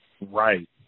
Right